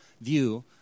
view